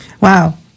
Wow